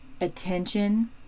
attention